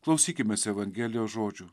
klausykimės evangelijos žodžių